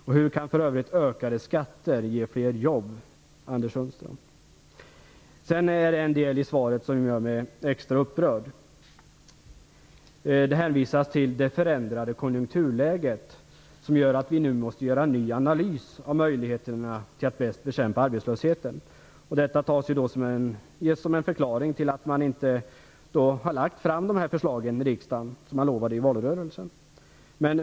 Hur kan för övrigt ökade skatter ge fler jobb, Anders Sundström? En del i svaret gör mig extra upprörd. Det hänvisas till "det förändrade konjunkturläget", som gör att regeringen nu måste göra en ny analys av möjligheterna att bäst bekämpa arbetslösheten. Detta ges som förklaring till att man inte lagt fram de förslag för riksdagen som man lovade i valrörelsen.